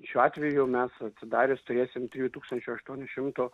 šiuo atveju mes atsidarius turėsim trijų tūkstančių aštuonių šimtų